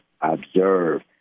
observe